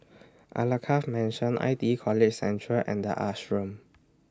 Alkaff Mansion I T College Central and The Ashram